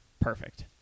Perfect